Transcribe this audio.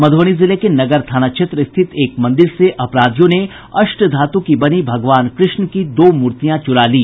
मधुबनी जिले के नगर थाना क्षेत्र स्थित एक मंदिर से अपराधियों ने अष्टधातु की बनी भगवान कृष्ण की दो मूर्तियां चुरा ली